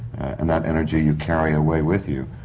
and that energy you carry away with you,